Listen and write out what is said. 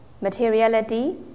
materiality